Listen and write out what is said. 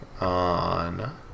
on